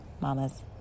mamas